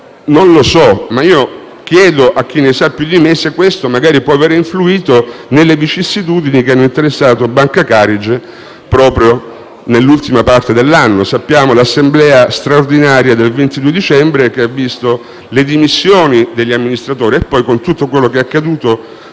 anno), io chiedo a chi ne sa più di me se questo, magari, possa avere influito sulle vicissitudini che hanno interessato Banca Carige proprio nell'ultima parte dell'anno. Sappiamo che l'assemblea straordinaria del 22 dicembre ha visto le dimissioni degli amministratori, con tutto quello che è accaduto